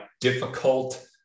difficult